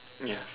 ya